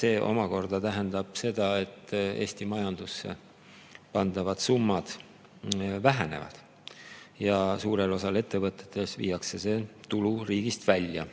See omakorda tähendab seda, et Eesti majandusse pandavad summad vähenevad ja suures osas ettevõtetes viiakse tulu riigist välja.